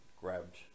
grabbed